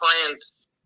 clients